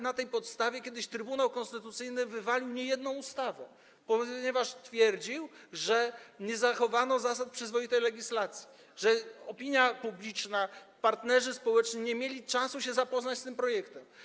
Na tej podstawie Trybunał Konstytucyjny zakwestionował niejedną ustawę, ponieważ stwierdził, że nie zachowano zasad przyzwoitej legislacji, że opinia publiczna, partnerzy społeczni nie mieli czasu zapoznać się z projektem.